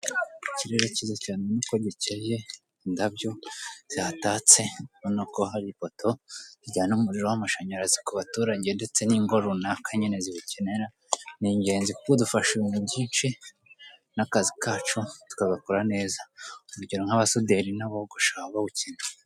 Ikirere cyiza cyane ni uko gikeye indabyo zihatatse ubona ko hari ipoto zijyana umuriro w'amashanyarazi ku baturage ndetse n'ingo runaka nyine ziwukenera ni ingenzi kuko udufasha ibintu byinshi n'akazi kacu tukagakora neza urugero nk'abasuderi n'abogosha aba bawukeneye.